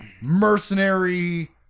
mercenary